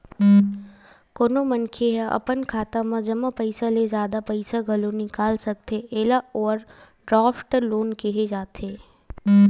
कोनो मनखे ह अपन खाता म जमा पइसा ले जादा पइसा घलो निकाल सकथे एला ओवरड्राफ्ट लोन केहे जाथे